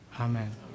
Amen